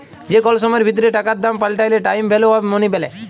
যে কল সময়ের ভিতরে টাকার দাম পাল্টাইলে টাইম ভ্যালু অফ মনি ব্যলে